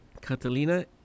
Catalina